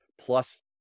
plus